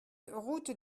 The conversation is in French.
route